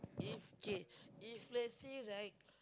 if okay if let's say right